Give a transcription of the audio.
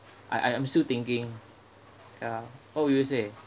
I I I'm still thinking ya what would you say